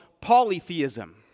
polytheism